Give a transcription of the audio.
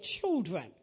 children